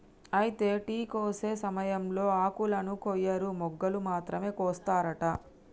అయితే టీ కోసే సమయంలో ఆకులను కొయ్యరు మొగ్గలు మాత్రమే కోస్తారట